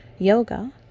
Yoga